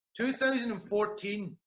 2014